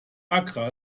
accra